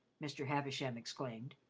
mr. havisham exclaimed.